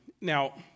Now